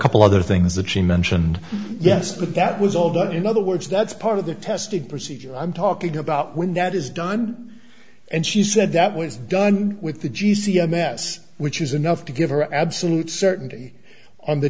couple other things that she mentioned yes but that was all done in other words that's part of the testing procedure i'm talking about when that is done and she said that when it's done with the g c m s which is enough to give her absolute certainty on the